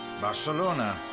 Barcelona